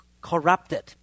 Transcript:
corrupted